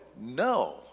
No